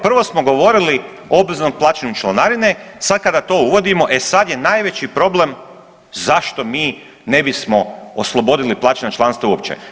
Prvo smo govorili o obveznom plaćanju članarine, sad kada to uvodimo e sad je najveći problem zašto mi ne bismo oslobodili plaćanja članstva uopće.